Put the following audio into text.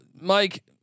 Mike